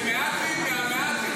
זה מהדרין מהמהדרין.